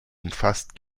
umfasst